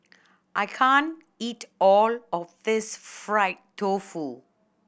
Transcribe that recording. I can't eat all of this fried tofu